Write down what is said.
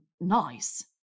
nice